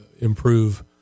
improve